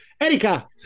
Erika